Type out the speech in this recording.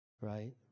Right